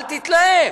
אל תתלהם.